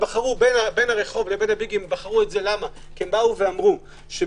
בין הרחוב לבין הביגים הם בחרו את זה כי אמרו שבריאותית